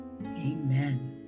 Amen